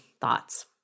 thoughts